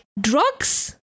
drugs